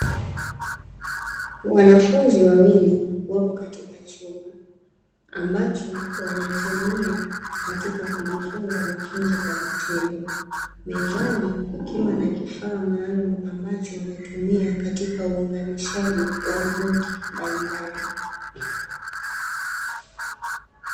Wanafunzi wawili wapo katika chumba ambacho wanatumia katika kujifunza mafunzo kwa vitendo. Mezani kukiwa na kifaa maalumu ambacho wanatumia katika uunganishaji wa vitu mbalimbali.